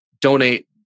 donate